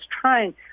trying